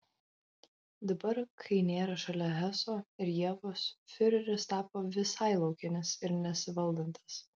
dabar kai nėra šalia heso ir ievos fiureris tapo visai laukinis ir nesivaldantis